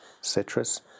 citrus